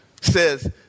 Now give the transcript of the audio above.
says